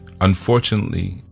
Unfortunately